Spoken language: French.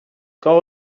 quand